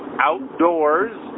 outdoors